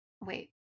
wait